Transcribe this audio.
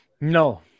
No